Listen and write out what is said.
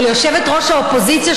או ליושבת-ראש האופוזיציה,